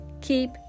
Keep